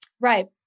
Right